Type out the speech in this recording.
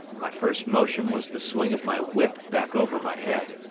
my first motion was the swing of my whip back over my head.